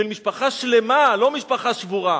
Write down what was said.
של משפחה שלמה, לא משפחה שבורה,